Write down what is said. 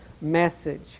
message